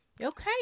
Okay